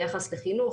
ביחס לחינוך.